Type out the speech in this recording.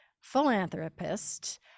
philanthropist